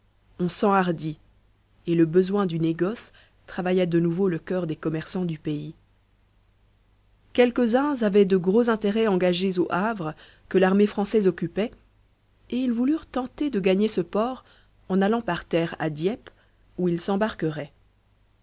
on s'enhardit et le besoin du négoce travailla de nouveau le coeur des commerçants du pays quelques-uns avaient de gros intérêts engagés au havre que l'armée française occupait et ils voulurent tenter de gagner ce port en allant par terre à dieppe où ils